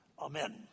Amen